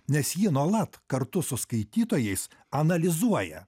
nes ji nuolat kartu su skaitytojais analizuoja